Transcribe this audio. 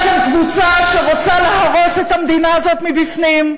כאן קבוצה שרוצה להרוס את המדינה הזאת מבפנים,